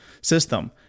system